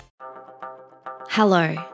hello